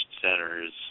centers